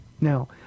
Now